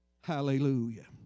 Hallelujah